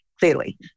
clearly